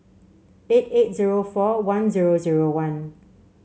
eight eight zero four one zero zero one